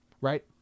right